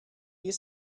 you